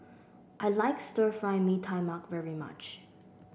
I like Stir Fry Mee Tai Mak very much